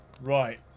Right